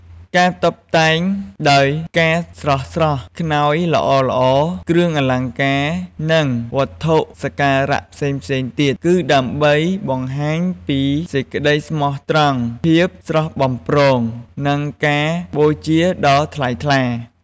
ការតុបតែងដោយផ្កាស្រស់ៗ ខ្នើយល្អៗ គ្រឿងអលង្ការ និងវត្ថុសក្ការៈផ្សេងៗទៀត គឺដើម្បីបង្ហាញពីសេចក្តីស្មោះត្រង់ ភាពស្រស់បំព្រង និងការបូជាដ៏ថ្លៃថ្លា។